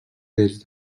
des